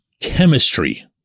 chemistry